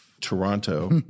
Toronto